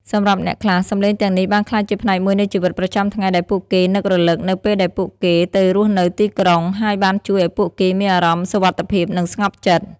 សម្រាប់អ្នកខ្លះ សំឡេងទាំងនេះបានក្លាយជាផ្នែកមួយនៃជីវិតប្រចាំថ្ងៃដែលពួកគេនឹករលឹកនៅពេលដែលពួកគេទៅរស់នៅទីក្រុង ហើយបានជួយឱ្យពួកគេមានអារម្មណ៍សុវត្ថិភាព និងស្ងប់ចិត្ត។